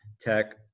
tech